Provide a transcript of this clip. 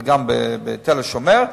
וגם ב"תל-השומר".